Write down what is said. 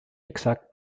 exakt